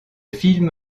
film